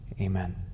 Amen